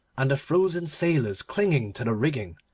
and the frozen sailors clinging to the rigging,